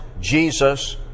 Jesus